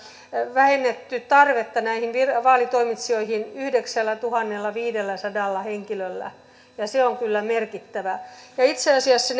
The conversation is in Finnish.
vähennetty tarvetta näihin vaalitoimitsijoihin yhdeksällätuhannellaviidelläsadalla henkilöllä ja se on kyllä merkittävä itse asiassa